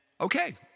okay